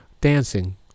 dancing